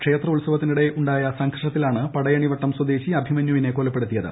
ക്ഷേത്രോത്സവത്തിനിടെ ഉണ്ടായ സംഘർഷത്തിലാണ് പടയണിവട്ടം സ്വദേശി അഭിമന്യുവിനെ കൊലപ്പെടുത്തിയത്